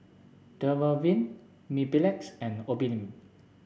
Dermaveen Mepilex and Obimin